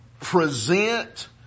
present